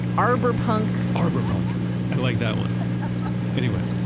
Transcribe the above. arbor punk arbor punk. i like that one. ah ah anyway,